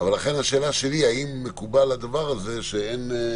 לכן השאלה שלי היא האם מקובל הדבר הזה כיום,